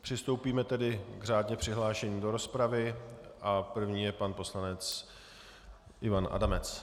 Přistoupíme tedy k řádně přihlášeným do rozpravy a první je pan poslanec Ivan Adamec.